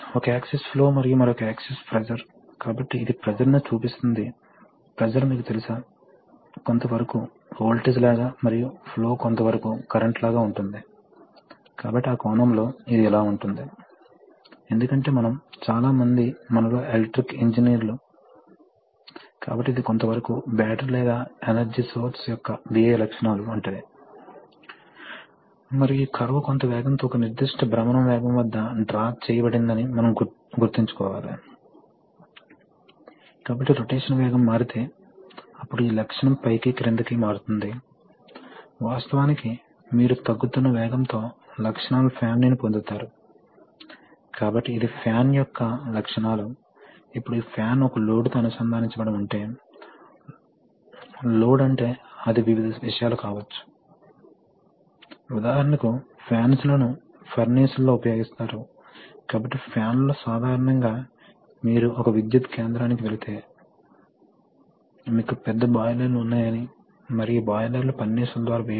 రెంచెస్ స్క్రూడ్రైవర్లను మీకు తెలిసినట్లుగా ఇప్పుడు ఈ టూల్స్ తో యూనిఫామ్ పనితీరును నిర్ధారించడానికి మరియు అలసిపోకుండా ఉండటానికి ఆపరేటర్ న్యుమాటిక్ టూల్స్ ఉపయోగిస్తారు కాబట్టి ప్రతి ఆపరేటర్ స్టేషన్లో వాస్తవానికి కొంత కంప్రెస్డ్ ఎయిర్ సరఫరా అనేక ప్రదేశాలలో పని చేయడానికి ఉపయోగిస్తున్నారు కానీ మీకు బహుశా ఒక పెద్ద కంప్రెసర్ మాత్రమే కావాలి ఆపై వేర్వేరు ప్రదేశాలకు ఈ కంప్రెస్డ్ గాలిని పంపుతారు కాబట్టి కంప్రెసర్ ఖర్చు వాస్తవానికి విభజించబడింది మరియు ఇది ఎలక్ట్రిక్ తో పోల్చితే ఇది మీకు చౌకైన సిస్టం ఎలక్ట్రిక్ లో అయితే మీరు ఈ ప్రదేశాలలో ప్రతిదానిలో ఒక మోటారును ఉంచాల్సిన అవసరం ఉంది